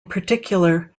particular